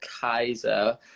kaiser